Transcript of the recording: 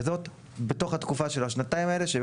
וזאת בתוך התקופה של השנתיים האלה שהם